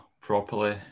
properly